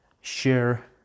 share